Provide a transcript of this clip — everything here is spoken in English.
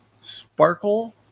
Sparkle